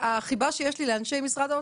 החיבה שיש לי לאנשי משרד האוצר,